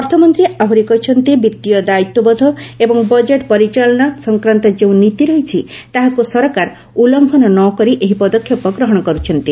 ଅର୍ଥମନ୍ତ୍ରୀ ଆହୁରି କହିଛନ୍ତି ବିଭୀୟ ଦାୟିତ୍ୱବୋଧ ଏବଂ ବଜେଟ୍ ପରିଚାଳନା ସଂକ୍ରାନ୍ତ ଯେଉଁ ନୀତି ରହିଛି ତାହାକୁ ସରକାର ଉଲ୍ଲୁଂଘନ ନ କରି ଏହି ପଦକ୍ଷେପ ଗ୍ରହଣ କରୁଛନ୍ତି